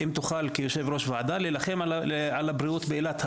אם תוכל כיושב-ראש ועדה להילחם על הבריאות באילת.